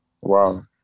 Wow